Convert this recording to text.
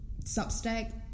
Substack